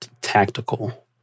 tactical